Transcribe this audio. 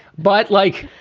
but like,